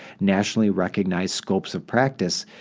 nationally-recognized scopes of practice,